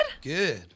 Good